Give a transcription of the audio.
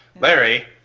Larry